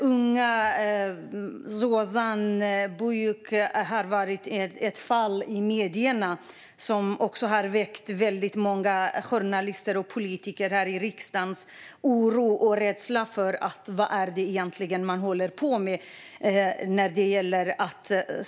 Unga Zozan Büyük har varit ett fall i medierna som hos väldigt många journalister och riksdagspolitiker har väckt oro och rädsla för vad det egentligen är man håller på med.